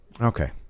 Okay